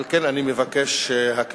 על כן אני מבקש שהכנסת